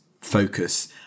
focus